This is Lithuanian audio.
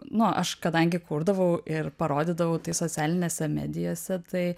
nu aš kadangi kurdavau ir parodydavau tai socialinėse medijose tai